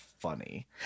Funny